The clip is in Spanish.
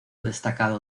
destacado